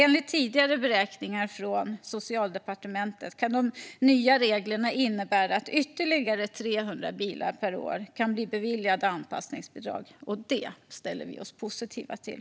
Enligt tidigare beräkningar från Socialdepartementet kan de nya reglerna innebära att det kan beviljas anpassningsbidrag för ytterligare 300 bilar per år, och det ställer vi oss positiva till.